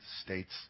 States